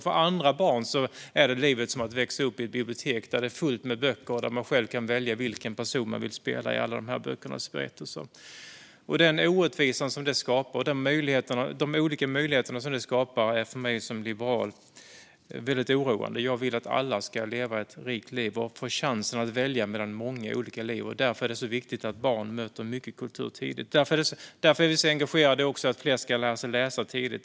För andra barn är livet som att växa upp i ett bibliotek där det är fullt med böcker och där man själv kan välja vilken person man vill spela i alla dessa böckers berättelser. Den orättvisa och de olika möjligheter som detta skapar är för mig som liberal väldigt oroande. Jag vill att alla ska leva ett rikt liv och få chansen att välja mellan många olika liv. Därför är det så viktigt att barn möter mycket kultur tidigt. Det är också därför vi är så engagerade i att fler ska lära sig läsa tidigt.